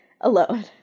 alone